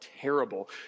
terrible